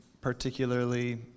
particularly